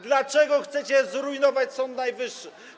Dlaczego chcecie zrujnować Sąd Najwyższy?